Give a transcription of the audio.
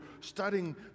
studying